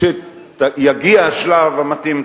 כשיגיע השלב המתאים,